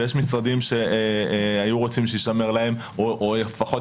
ויש משרדים שהיו רוצים שיישמר להם או לפחות